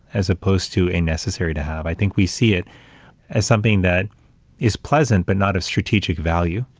as opposed to a necessary to have. i think we see it as something that is pleasant, but not a strategic value,